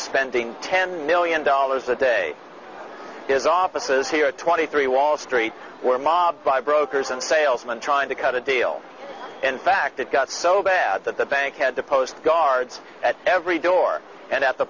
spending ten million dollars a day his offices here twenty three wall street were mobbed by brokers and salesmen trying to cut a deal in fact it got so bad that the bank had to post guards at every door and at the